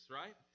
right